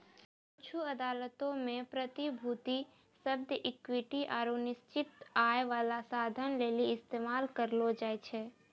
कुछु अदालतो मे प्रतिभूति शब्द इक्विटी आरु निश्चित आय बाला साधन लेली इस्तेमाल करलो जाय छै